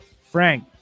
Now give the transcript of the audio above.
Frank